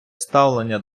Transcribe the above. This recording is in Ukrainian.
ставлення